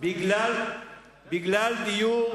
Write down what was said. בגלל דיור